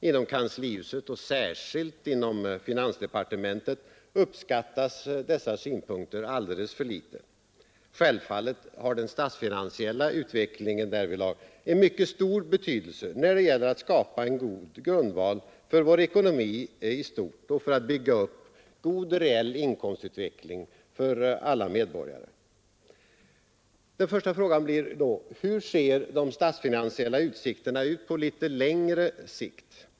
Inom kanslihuset, och särskilt inom finansdepartementet, uppskattas dessa synpunkter alldeles för litet. Självfallet har den statsfinansiella utvecklingen en mycket stor betydelse när det gäller att skapa en god grundval för vår ekonomi i stort och för att bygga upp en god reell inkomstutveckling för alla medborgare. Den första frågan blir då: Hur ser de statsfinansiella utsikterna ut på litet längre sikt?